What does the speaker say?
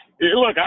look